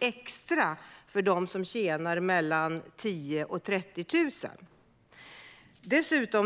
extra för dem som tjänar mellan 10 000 och 30 000.